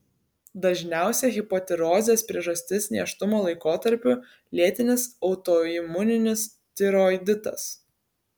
dažniausia hipotirozės priežastis nėštumo laikotarpiu lėtinis autoimuninis tiroiditas